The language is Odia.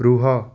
ରୁହ